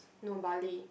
no Bali